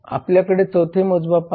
आपल्याकडे चौथे मोजमाप आहे